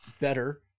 better